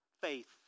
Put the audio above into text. Faith